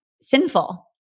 sinful